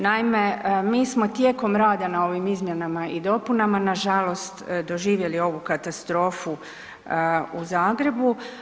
Naime, mi smo tijekom rada na ovim izmjenama i dopunama, nažalost, doživjeli ovu katastrofu u Zagrebu.